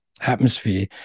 atmosphere